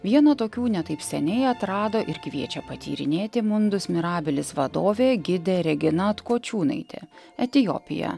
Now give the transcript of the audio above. vieną tokių ne taip seniai atrado ir kviečia patyrinėti mundus mirabilis vadovė gidė regina atkočiūnaitė etiopija